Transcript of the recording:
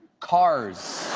cars.